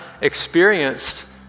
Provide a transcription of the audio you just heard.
experienced